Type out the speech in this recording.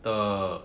的